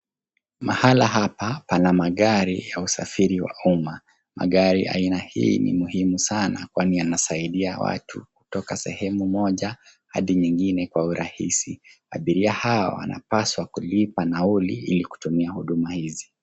Mahala hapa, pana magari ya usafiri wa umma. Magari aina hii ni muhimu sana kwani yanasaidia watu kutoka sehemu moja hadi nyingine kwa urahisi. Abiria hawa wanapaswa kulipa nauli ili kutumia huduma hizi.